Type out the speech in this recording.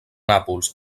nàpols